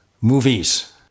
movies